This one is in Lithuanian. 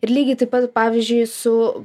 ir lygiai taip pat pavyzdžiui su